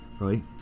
right